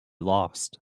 lost